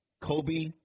Kobe